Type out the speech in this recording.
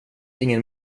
ingen